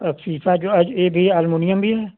और शीशा जो आज ये भी अल्मुनियम भी है